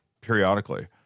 periodically